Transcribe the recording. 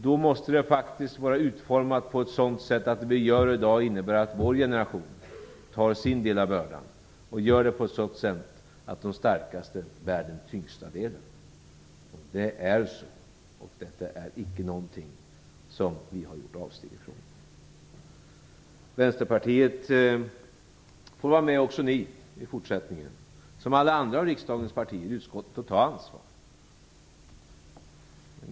Då måste det faktiskt vara en sådan utformning att det vi gör i dag innebär att vår generation tar sin del av bördan och gör det på ett sådant sätt att de starkaste bär den tyngsta delen. Det är så, och detta är någonting som vi icke har gjort avsteg från. Också ni i Vänsterpartiet får, liksom alla andra riksdagspartier, i fortsättningen vara med i utskotten och ta ansvar.